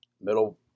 middle